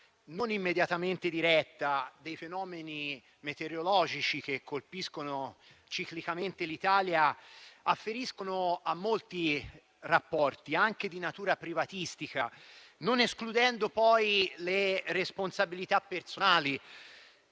non immediatamente diretta dei fenomeni metereologici che colpiscono ciclicamente l'Italia afferiscono a molti rapporti, anche di natura privatistica, non escludendo poi le responsabilità personali